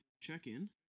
check-in